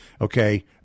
okay